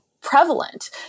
prevalent